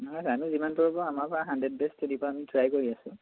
নহয় নহয় আপুনি যিমান কৰিব আমাৰপৰা হাণ্ড্ৰেড বেছ তেতিয়াৰপৰা আমি ট্ৰায়ে কৰি আছোঁ